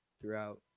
throughout